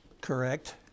correct